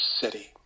city